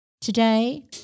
Today